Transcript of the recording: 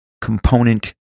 component